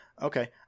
Okay